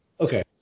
Okay